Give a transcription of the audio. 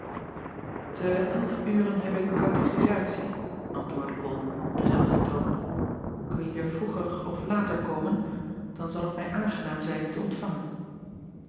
e elf uren heb ik katechisatie antwoordde ol op denzelfden toon kunje vroeger of later komen dan zal het mij aangenaam zijn u te ontvangen